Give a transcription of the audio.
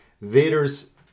Vader's